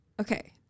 Okay